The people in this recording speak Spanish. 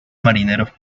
marineros